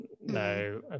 no